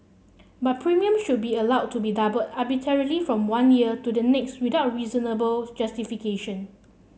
but premium should be allowed to be doubled arbitrarily from one year to the next without reasonable justification